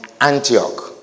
Antioch